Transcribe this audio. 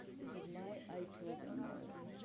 this is my eye problem nowadays.